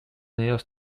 unidos